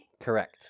Correct